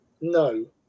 no